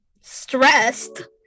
stressed